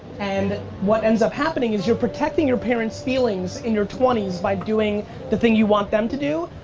and what ends up happening is you're protecting your parents' feelings in your twenty s by doing the thing you want them to do.